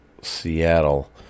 Seattle